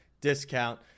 discount